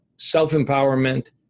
self-empowerment